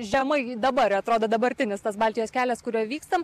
žemai dabar atrodo dabartinis tas baltijos kelias kuriuo vykstam